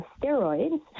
steroids